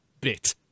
bit